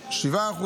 7%,